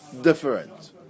different